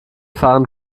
fahren